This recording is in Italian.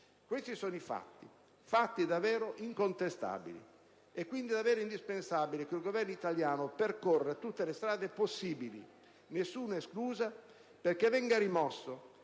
Questi sono i fatti, davvero incontestabili. È quindi davvero indispensabile che il Governo italiano percorra tutte le strade possibili, nessuna esclusa, perché venga rimosso